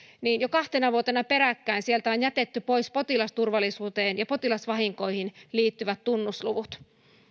jo kahtena vuotena peräkkäin on jätetty pois potilasturvallisuuteen ja potilasvahinkoihin liittyvät tunnusluvut